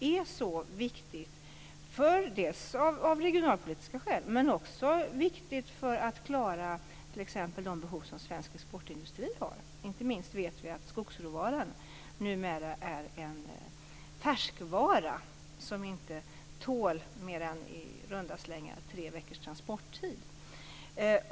Det är viktigt av regionalpolitiska skäl, men det är också viktigt för att klara t.ex. de behov som svensk exportindustri har. Inte minst vet vi att skogsråvaran numera är en färskvara som inte tål mer en i runda slängar tre veckors transporttid.